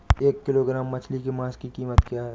एक किलोग्राम मछली के मांस की कीमत क्या है?